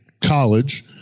college